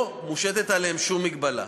לא מושתת עליהם שום מגבלה.